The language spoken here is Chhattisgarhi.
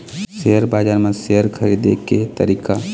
सेयर बजार म शेयर खरीदे के तरीका?